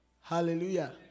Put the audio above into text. Hallelujah